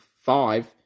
five